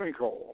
sinkhole